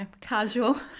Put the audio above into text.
casual